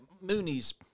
Mooney's